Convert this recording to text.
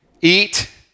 eat